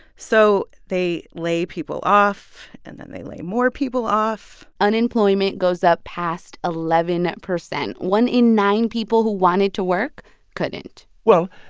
so they lay people off. and then they lay more people off unemployment goes up past eleven percent. one in nine people who wanted to work couldn't well,